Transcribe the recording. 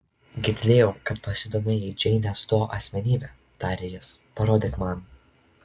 girdėjau kad pasidomėjai džeinės do asmenybe tarė jis parodyk man